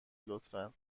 لطفا